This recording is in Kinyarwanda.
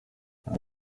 nta